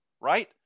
Right